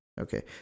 Okay